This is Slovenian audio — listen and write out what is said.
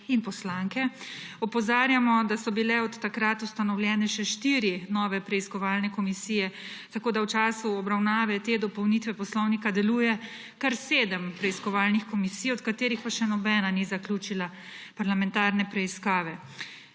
in poslanke opozarjamo, da so bile od takrat ustanovljene še štiri nove preiskovalne komisije, tako da v času obravnave te dopolnitve Poslovnika deluje kar sedem preiskovalnih komisij, od katerih pa še nobena na zaključila parlamentarne preiskave.